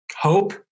Hope